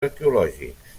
arqueològics